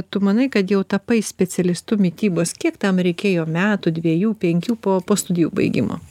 tu manai kad jau tapai specialistu mitybos kiek tam reikėjo metų dviejų penkių po po studijų baigimo